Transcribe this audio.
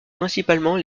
principalement